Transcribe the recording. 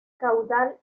caudal